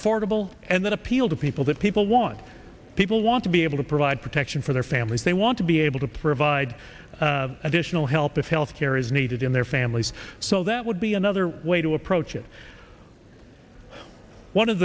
affordable and that appeal to people that people want people want to be able to provide protection for their families they want to be able to provide additional help if health care is needed in their families so that would be another way to approach it one of